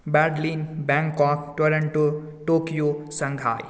बैडलीन Bangkok Toronto Tokyo Shanghai